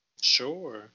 Sure